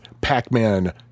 Pac-Man